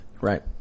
Right